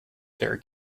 their